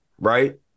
right